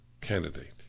candidate